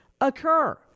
occur